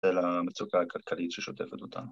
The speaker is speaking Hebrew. ‫אלא המצוקה הכלכלית ‫ששוטפת אותנו.